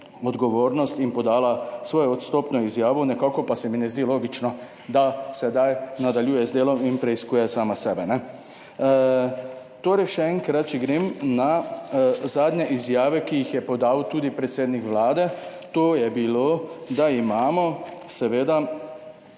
in podala svojo odstopno izjavo. Nekako pa se mi ne zdi logično, da sedaj nadaljuje z delom in preiskuje sama sebe, kajne. Torej, še enkrat, če grem na zadnje izjave, ki jih je podal predsednik Vlade, da "imamo v